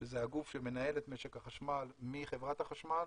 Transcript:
שזה הגוף שמנהל את משק החשמל מחברת החשמל